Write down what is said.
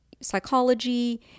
psychology